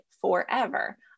forever